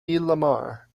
lamar